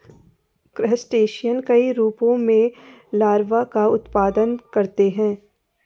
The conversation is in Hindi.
क्रस्टेशियन कई रूपों में लार्वा का उत्पादन करते हैं